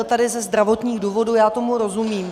Nebyl tady ze zdravotních důvodů, já tomu rozumím.